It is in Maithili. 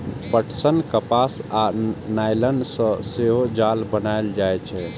पटसन, कपास आ नायलन सं सेहो जाल बनाएल जाइ छै